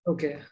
Okay